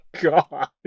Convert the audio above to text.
god